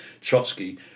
Trotsky